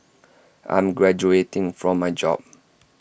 I'm graduating from my job